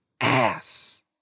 ass